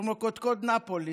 קודקוד נאפולי,